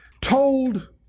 told